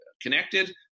connected